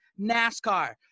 NASCAR